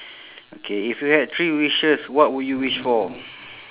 okay if you had three wishes what would you wish for